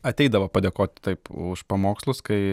ateidavo padėkoti taip už pamokslus kai